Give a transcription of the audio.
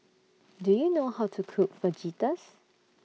Do YOU know How to Cook Fajitas